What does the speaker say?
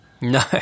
No